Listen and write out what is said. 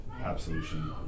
absolution